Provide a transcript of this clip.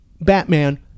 batman